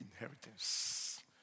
inheritance